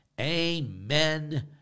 amen